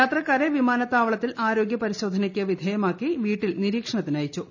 യാത്രക്കാരെ വിമാനത്താവളത്തിൽ ആരോഗ്യ പരിശോധനയ്ക്ക് വിധേയമാക്കി വീട്ടിൽ നിരീക്ഷണത്തിന് അയച്ചു